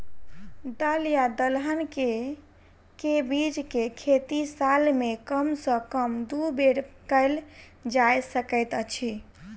दल या दलहन केँ के बीज केँ खेती साल मे कम सँ कम दु बेर कैल जाय सकैत अछि?